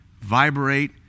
vibrate